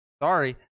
sorry